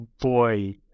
boy